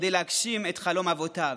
כדי להגשים את חלום אבותיו.